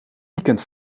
weekend